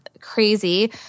Crazy